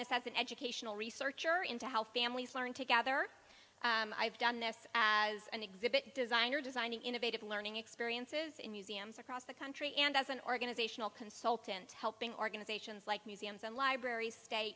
this as an educational research you're into how families learn to gather i've done this as an exhibit designer designing innovative learning experiences in museums across the country and as an organizational consultant helping organizations like museums and libraries state